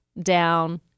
down